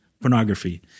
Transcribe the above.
pornography